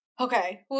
Okay